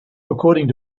according